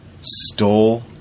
stole